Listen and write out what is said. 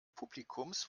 publikums